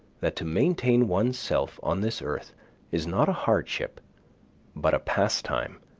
that to maintain one's self on this earth is not a hardship but a pastime,